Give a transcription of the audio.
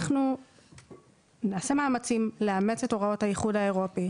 אנחנו נעשה מאמצים לאמץ את הוראות האיחוד האירופי.